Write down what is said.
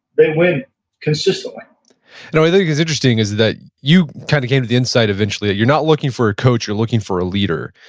they win consistently i think is interesting is that you kind of gained the insight eventually, you're not looking for a coach you're looking for a leader.